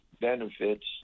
benefits